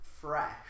fresh